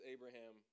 Abraham